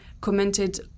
commented